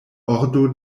ordo